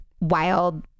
wild